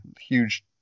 huge